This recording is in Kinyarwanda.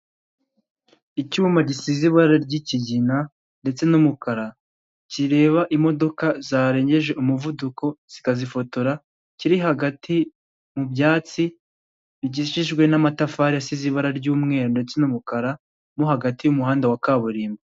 Icyuma gisize ibara ry'ikigina ndetse n'umukara kireba imodoka zarengeje umuvuduko zikazifotora kiri hagati mu byatsi bikikijwe n'amatafari asize ibara ry'umweru ndetse n'umukara mo hagati y'umuhanda wa kaburimbo.